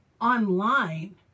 online